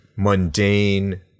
mundane